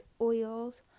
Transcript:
oils